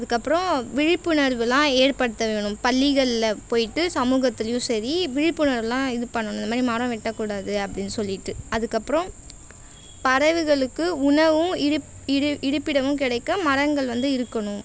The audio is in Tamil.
அதுக்கப்புறம் விழிப்புணர்வெல்லாம் ஏற்படுத்த வேணும் பள்ளிகளில் போய்விட்டு சமூகத்துலேயும் சரி விழிப்புணர்வெல்லாம் இது பண்ணணும் இந்த மாதிரி மரம் வெட்டக்கூடாது அப்படின்னு சொல்லிட்டு அதுக்கப்புறம் பறவைகளுக்கு உணவும் இருப் இரு இருப்பிடமும் கிடைக்க மரங்கள் வந்து இருக்கணும்